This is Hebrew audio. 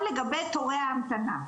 עכשיו לגבי תורי ההמתנה,